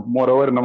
Moreover